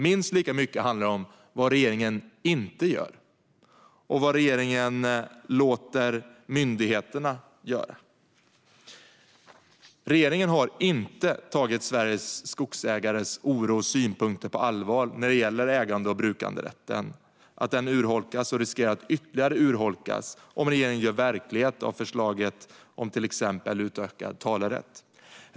Minst lika mycket handlar det om vad regeringen inte gör och vad regeringen låter myndigheterna göra. Regeringen har inte tagit Sveriges skogsägares oro och synpunkter på allvar när det gäller att ägande och brukanderätten urholkas och riskerar att ytterligare urholkas om regeringen gör verklighet av till exempel förslaget om utökad talerätt.